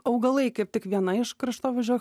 augalai kaip tik viena iš kraštovaizdžio